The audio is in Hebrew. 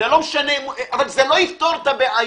זה לא יפתור את הבעיה,